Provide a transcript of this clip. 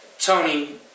Tony